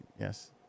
Yes